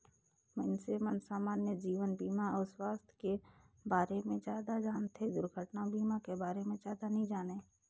मइनसे मन समान्य जीवन बीमा अउ सुवास्थ के बारे मे जादा जानथें, दुरघटना बीमा के बारे मे जादा नी जानें